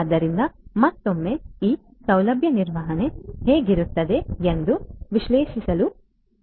ಆದ್ದರಿಂದ ಮತ್ತೊಮ್ಮೆ ಈ ಸೌಲಭ್ಯ ನಿರ್ವಹಣೆ ಹೇಗಿರುತ್ತದೆ ಎಂದು ವಿಶ್ಲೇಷಿಸಲು ಪ್ರಯತ್ನಿಸುತ್ತೇನೆ